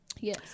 Yes